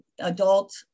adult